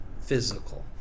physical